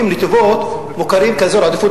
מהסוגיות הבסיסיות שהוזכרו בו, מוכיח מעל לכל ספק.